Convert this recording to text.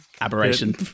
Aberration